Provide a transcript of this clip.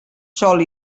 sòl